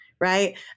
right